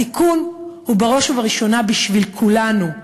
התיקון הוא בראש ובראשונה בשביל כולנו,